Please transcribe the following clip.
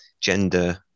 gender